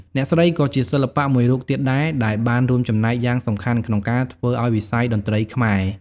អ្នកស្រីក៏ជាសិល្បៈមួយរូបទៀតដែរ ដែលបានរួមចំណែកយ៉ាងសំខាន់ក្នុងការធ្វើឱ្យវិស័យតន្ត្រីខ្មែរ។